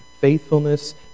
faithfulness